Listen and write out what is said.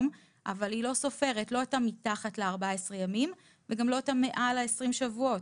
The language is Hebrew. אבל היא לא סופרת לא מתחת ל-14 ימים וגם לא מעל 20 שבועות.